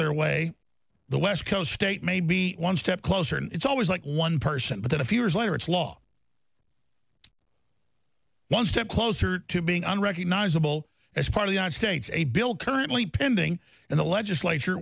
their way the west coast state may be one step closer and it's always like one person but it appears later it's law one step closer to being unrecognizable as part of that state's a bill currently pending in the legislature